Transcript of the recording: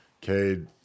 Cade